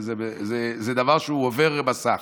וזה דבר שהוא עובר מסך.